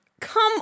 Come